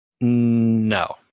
No